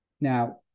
Now